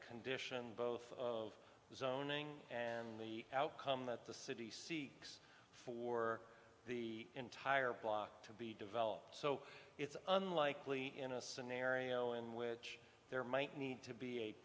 condition both of the zoning and the outcome that the city see for the entire block to be developed so it's unlikely in a scenario in which there might need to be a